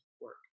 work